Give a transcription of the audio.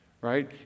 right